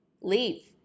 Leave